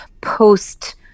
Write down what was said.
post